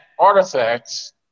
Artifacts